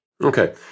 Okay